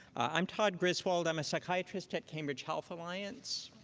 i'm todd griswold. i'm a psychiatrist at cambridge health alliance.